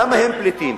למה הם פליטים?